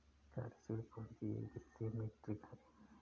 कार्यशील पूंजी एक वित्तीय मीट्रिक है